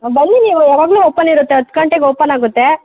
ಬನ್ನಿ ನೀವು ಯಾವಾಗಲೂ ಓಪನ್ ಇರುತ್ತೆ ಹತ್ತು ಗಂಟೆಗೆ ಓಪನ್ ಆಗುತ್ತೆ